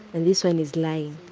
and this one is lying.